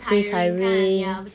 freeze hiring